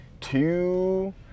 two